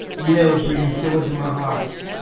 you know, it brings joy into my heart.